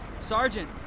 Sergeant